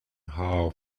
hall